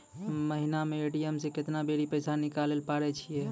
महिना मे ए.टी.एम से केतना बेरी पैसा निकालैल पारै छिये